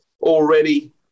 already